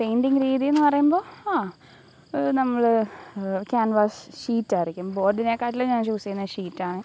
painting രീതി എന്ന് പറയുമ്പോള് ഹാ നമ്മള് ക്യാൻവാസ് ഷീറ്റായിരിക്കും ബോർഡിനെക്കാട്ടിലും ഞാൻ ചൂസെയ്യുന്നത് ഷീറ്റാണ്